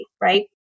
right